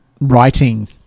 writing